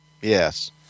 Yes